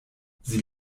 sie